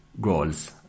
goals